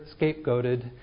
scapegoated